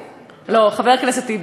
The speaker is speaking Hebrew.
חבר הכנסת טיבי.